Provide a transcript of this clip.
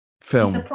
film